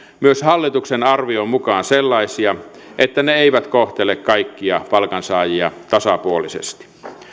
myös hallituksen arvion mukaan sellaisia että ne eivät kohtele kaikkia palkansaajia tasapuolisesti